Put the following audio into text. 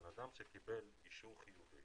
בן אדם שקיבל אישור חיובי,